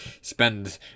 spend